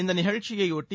இந்த நிகழ்ச்சியை ஒட்டி